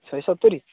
ଶହେ ସତୁରି